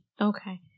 Okay